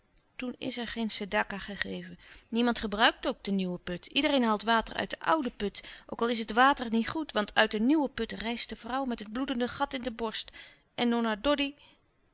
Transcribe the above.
toen is er geen de gegeven niemand gebruikt ook de nieuwe put iedereen haalt water uit de oude put ook al is het water niet goed want uit de nieuwe put rijst de vrouw met het bloedende gat in de borst en nonna doddy